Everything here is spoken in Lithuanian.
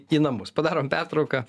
į namus padarom pertrauką